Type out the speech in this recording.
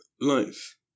Life